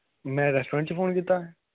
में रेस्टोरेंट च फोन कीता हा